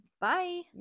Bye